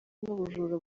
n’ubujura